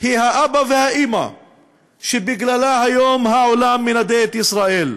היא האבא והאימא שבגללה היום העולם מנדה את ישראל,